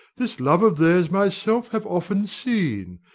this love of theirs myself have often seen,